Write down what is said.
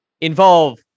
involve